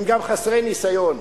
הם גם חסרי ניסיון.